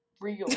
real